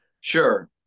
Sure